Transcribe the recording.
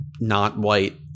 not-white